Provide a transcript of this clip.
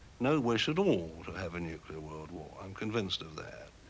no wish at all to have a nuclear world war. i'm convinced of that.